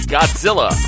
Godzilla